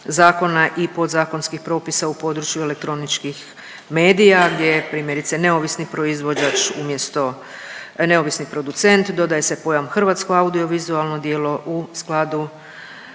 zakona i podzakonskih propisa u području elektroničkih medija, gdje je, primjerice, neovisni proizvođač umjesto neovisni producent, dodaje se pojam hrvatsko audiovizualno djelo u skladu